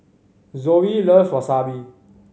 Zoe loves Wasabi